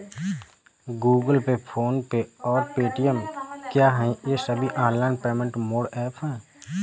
Google Pay PhonePe और Paytm क्या ये सभी ऑनलाइन पेमेंट मोड ऐप हैं?